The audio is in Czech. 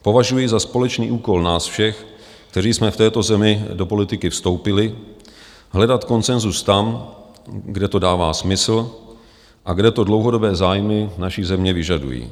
Považuji za společný úkol nás všech, kteří jsme v této zemi do politiky vstoupili, hledat konsenzus tam, kde to dává smysl a kde to dlouhodobé zájmy naší země vyžadují.